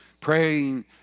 praying